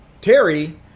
Terry